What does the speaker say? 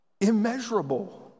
Immeasurable